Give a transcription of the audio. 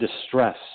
distress